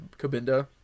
cabinda